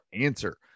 answer